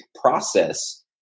process